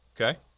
Okay